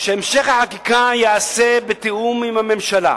שהמשך החקיקה יעשה בתיאום עם הממשלה.